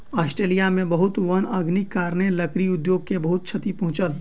Australia में बहुत वन अग्निक कारणेँ, लकड़ी उद्योग के बहुत क्षति पहुँचल